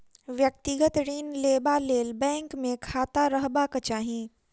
व्यक्तिगत ऋण लेबा लेल बैंक मे खाता रहबाक चाही